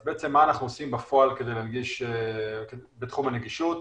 אז מה אנחנו עושים בפועל בתחום הנגישות?